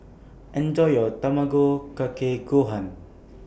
Enjoy your Tamago Kake Gohan